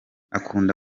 akunda